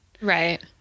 right